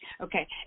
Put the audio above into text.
Okay